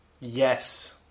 Yes